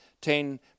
ten